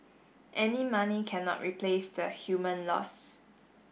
any money cannot replace the human loss